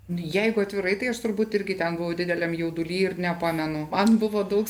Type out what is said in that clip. jeigu atvirai tai aš turbūt irgi ten buvau dideliam jauduly ir nepamenu man buvo daug